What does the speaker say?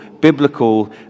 biblical